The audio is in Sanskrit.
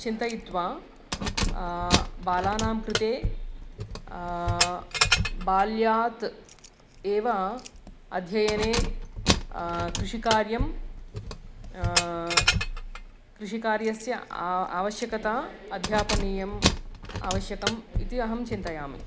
चिन्तयित्वा बालानां कृते बाल्यात् एव अध्ययने कृषिकार्यं कृषिकार्यस्य आ आवश्यकता अध्यापनीयम् आवश्यकम् इति अहं चिन्तयामि